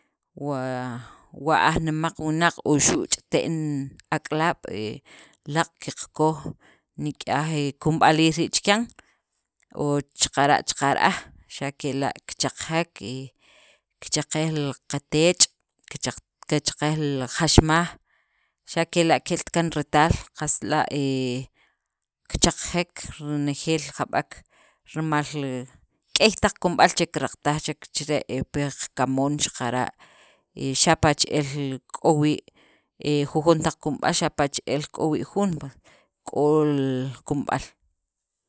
Wa wa aj nemaq wunaq wuxu' chite'n ak'alaab' laaq' qakoj nik'yaj he kunb'aliil rii' chaqan o xaqara' chaqa' ra'aj xa' kela' kichaqejek, he kichaqej li qateech', kicha kichaqej li jaxmaj, xe' kela' ke'lt kaan retaal qast b'la' hee kichaqej renejeel jab'ek rimal k'ey he taq kunub'al kiraqtaj chek chire' he pi qakamoon xaqara' he xapa' che'el k'o wii' he jujon taq kunub'al, xapa' che'el k'o wii' jun pue k'ol kunb'al.